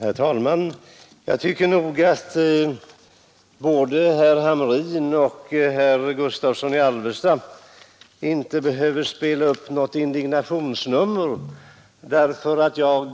Herr talman! Jag tycker nog att varken herr Hamrin eller herr Gustavsson i Alvesta behöver spela upp något indignationsnummer därför att jag